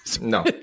No